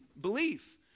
belief